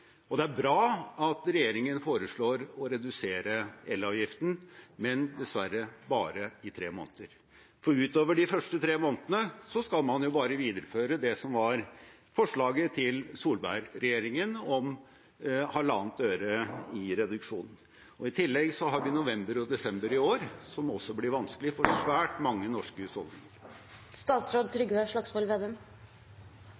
og det er bra at regjeringen foreslår å redusere elavgiften, men dessverre bare i tre måneder. Utover de første tre månedene skal man bare videreføre det som var forslaget fra Solberg-regjeringen om halvannet øre i reduksjon. I tillegg har vi november og desember i år, som også blir vanskelig for svært mange norske husholdninger.